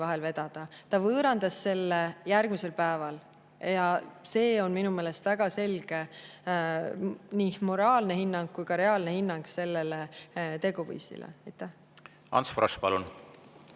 vahel vedada. Ta võõrandas selle järgmisel päeval ja minu meelest on see väga selge nii moraalne hinnang kui ka reaalne hinnang sellele tegevusele. Vaadake